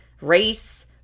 race